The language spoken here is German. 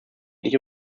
nicht